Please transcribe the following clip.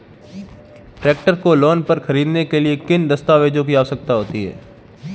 Tractor को loan पर खरीदने के लिए किन दस्तावेज़ों की आवश्यकता होती है?